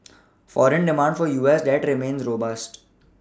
foreign demand for U S debt remains robust